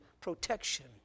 protection